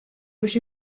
biex